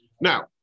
Now